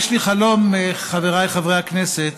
יש לי חלום, חבריי חברי הכנסת,